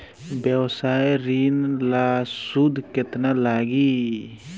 व्यवसाय ऋण ला सूद केतना लागी?